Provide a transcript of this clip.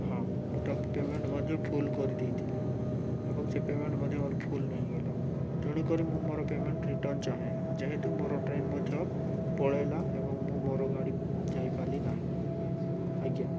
ହଁ ମୁଁ ତାକୁ ପେମେଣ୍ଟ ମଧ୍ୟ ଫୁଲ କରିଦେଇଥିଲି ଏବଂ ସେ ପେମେଣ୍ଟ ମଧ୍ୟ ମୋର ଫୁଲ ନେଇଗଲା ତେଣୁକରି ମୁଁ ମୋର ପେମେଣ୍ଟ ରିଟର୍ନ ଚାହେଁ ଯେହେତୁ ମୋର ଟ୍ରେନ୍ ମଧ୍ୟ ପଳେଇଲା ଏବଂ ମୁଁ ମୋର ଗାଡ଼ି ଯାଇପରିଲି ନହିଁ ଆଜ୍ଞା